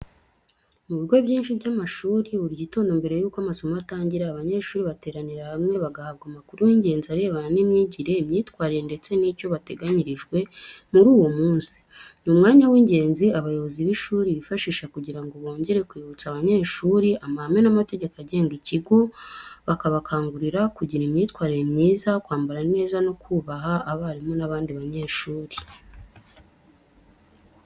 Mu bigo byinshi by’amashuri, buri gitondo mbere y’uko amasomo atangira, abanyeshuri bateranira hamwe bagahabwa amakuru y’ingenzi arebana n’imyigire, imyitwarire, ndetse n’icyo bateganyirijwe muri uwo munsi. Ni umwanya w’ingenzi abayobozi b’ishuri bifashisha kugira ngo bongere kwibutsa abanyeshuri amahame n’amategeko agenga ikigo, bakabakangurira kugira imyitwarire myiza, kwambara neza, no kubaha abarimu n’abandi banyeshuri.